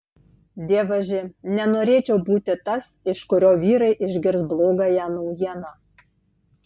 dievaži nenorėčiau būti tas iš kurio vyrai išgirs blogąją naujieną